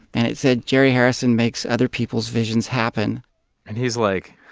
and it said, jerry harrison makes other people's visions happen and he's like,